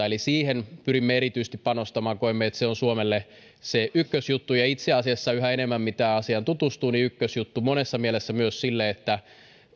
eli siihen pyrimme erityisesti panostamaan koemme että se on suomelle se ykkösjuttu ja itse asiassa mitä enemmän asiaan tutustuu ykkösjuttu monessa mielessä myös siinä että